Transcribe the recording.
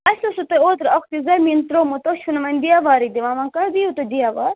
اَسہِ اوسوٕ تۄہِہ اوترٕ اَکھتُے زٔمیٖن ترٛومُت تُہۍ چھو نہٕ وۄنۍ دیوارٕے دِوان وۄنۍ کَر دِیِو تُہۍ دیوار